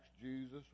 Jesus